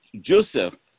joseph